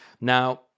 Now